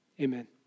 amen